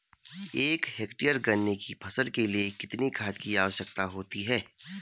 एक हेक्टेयर गन्ने की फसल के लिए कितनी खाद की आवश्यकता होगी?